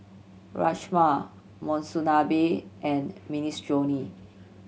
Rajma Monsunabe and Minestrone